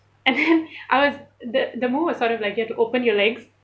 and then I was the the move was sort of like you have to open your legs